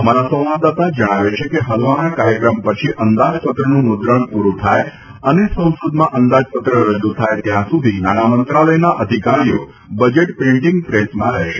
અમારા સંવાદદાતા જણાવે છે કે હલવાના કાર્યક્રમ પછી અંદાજપત્રનું મુદ્રક્ષ પૂર્ક થાય અને સંસદમાં અંદાજપત્ર રજૂ થાય ત્યાં સુધી નાણામંત્રાલયના અધિકારીઓ બજેટ પ્રિન્ટીંગ પ્રેસમાં રહેશે